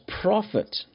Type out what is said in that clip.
prophet